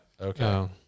Okay